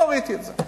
לא ראיתי את זה,